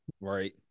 Right